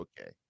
okay